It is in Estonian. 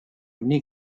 nii